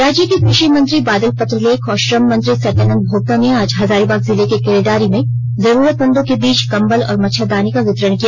राज्य के कृषि मंत्री बादल पत्रलेख और श्रम मंत्री सत्यानन्द भोक्ता ने आज हजारीबाग जिले के केरेडारी में जरुरतमंदों के बीच कम्बल और मच्छरदानी का वितरण किया